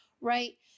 right